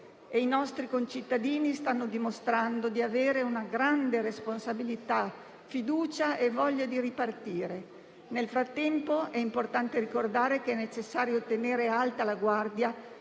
e i nostri concittadini stanno dimostrando di avere una grande responsabilità, fiducia e voglia di ripartire. Nel frattempo, è importante ricordare che è necessario tenere alta la guardia,